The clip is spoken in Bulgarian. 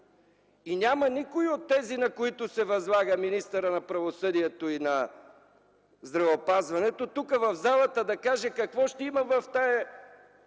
няма никой от тези, на които се възлага – министърът на правосъдието и на здравеопазването, да каже какво ще има в тази